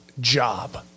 job